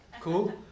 Cool